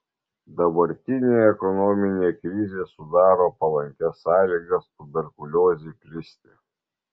dabartinė ekonominė krizė sudaro palankias sąlygas tuberkuliozei plisti